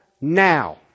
now